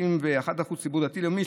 31% ציבור דתי לאומי,